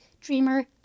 dreamer